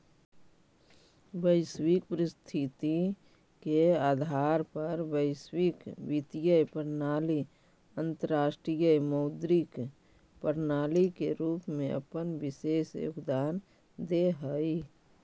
वैश्विक परिस्थिति के आधार पर वैश्विक वित्तीय प्रणाली अंतरराष्ट्रीय मौद्रिक प्रणाली के रूप में अपन विशेष योगदान देऽ हई